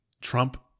Trump